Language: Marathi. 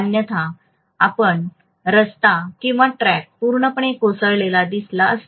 अन्यथा आपण रस्ता किंवा ट्रॅक पूर्णपणे कोसळलेला दिसला असता